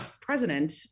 president